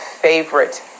favorite